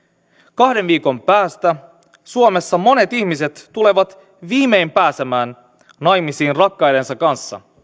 kahden viikon päästä suomessa monet ihmiset tulevat viimein pääsemään naimisiin rakkaidensa kanssa